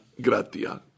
gratia